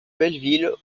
belleville